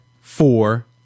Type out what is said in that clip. four